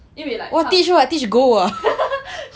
teach what teach gold ah